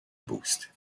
boost